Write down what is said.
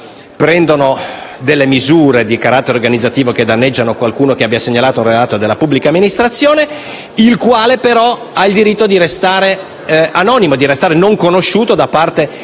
prendono delle misure di carattere organizzativo che danneggiano qualcuno che abbia segnalato un reato nella pubblica amministrazione, il quale però ha il diritto di restare anonimo e di non essere conosciuto da parte